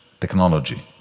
technology